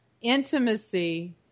intimacy